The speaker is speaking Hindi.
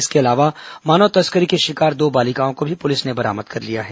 इसके अलावा मानव तस्करी की शिकार दो बालिकाओं को भी पुलिस ने बरामद कर लिया है